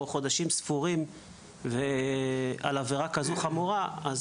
במספר חודשים ספורים על עבירה כזו חמורה,